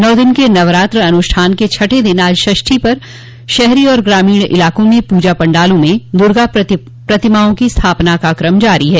नौ दिन के नवरात्र अनुष्ठान के छठें दिन आज षष्ठी पर शहरी और ग्रामीण इलाकों में पूजा पंडालों में दुर्गा प्रतिमाओं की स्थापना का क्रम जारी है